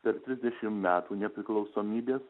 per trisdešim metų nepriklausomybės